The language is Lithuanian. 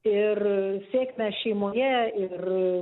ir sėkmę šeimoje ir